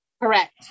Correct